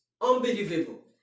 unbelievable